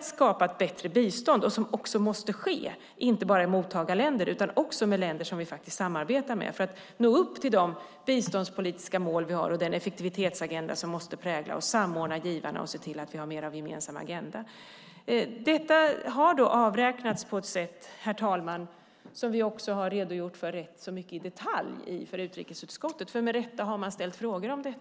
skapar ett bättre bistånd, och den måste föras inte bara med mottagarländerna utan också med länder som vi samarbetar med, just för att nå upp till de biståndspolitiska mål vi har och den effektivitetsagenda som måste prägla och samordna givarna så att vi har mer av en gemensam agenda. Detta har, herr talman, avräknats på ett sätt som vi ganska detaljerat har redogjort för i utrikesutskottet. Med rätta har man ställt frågor om det.